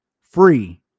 free